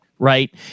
Right